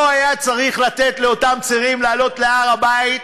לא היה צריך לתת לאותם צעירים לעלות להר-הבית,